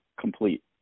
complete